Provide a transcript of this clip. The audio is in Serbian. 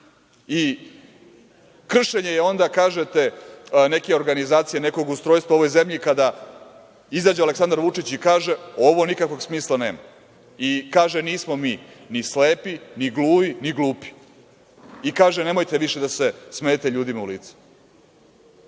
Božija.Kršenje je, kažete, onda neke organizacije, nekog ustrojstva u ovoj zemlji kada izađe Aleksandar Vučić i kaže – ovo nikakvog smisla nema, i kaže – nismo mi ni slepi, ni gluvi, ni glupi, i kaže – nemojte više da se smejete ljudima u lice.